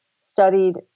studied